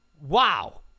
wow